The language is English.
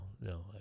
no